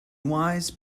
wise